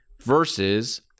versus